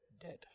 dead